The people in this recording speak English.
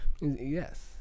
Yes